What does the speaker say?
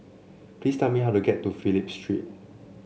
please tell me how to get to Phillip Street